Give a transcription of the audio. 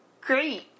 Great